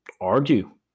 argue